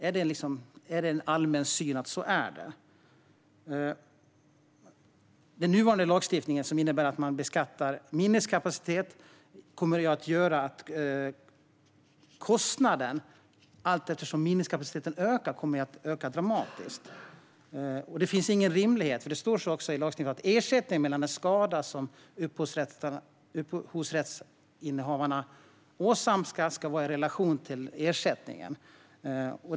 Är det en allmän syn att det är så? Den nuvarande lagstiftningen, som innebär att man beskattar minneskapacitet, kommer att göra att kostnaden allteftersom minneskapaciteten ökar också kommer att öka dramatiskt. Det finns ingen rimlighet i detta. Det står i lagstiftningen att den skada som upphovsrättsrättsinnehavaren åsamkas ska vara i relation till ersättningen.